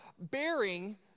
...bearing